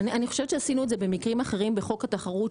עשינו את זה בחוק התחרות,